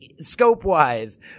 scope-wise